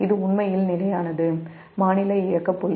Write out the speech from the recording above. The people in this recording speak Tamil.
இது உண்மையில் நிலையானது மாநில இயக்க புள்ளி